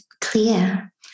clear